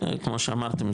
כמו שאמרתם,